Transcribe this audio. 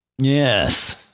Yes